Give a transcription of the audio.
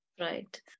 right